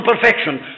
perfection